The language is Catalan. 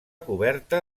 coberta